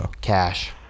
Cash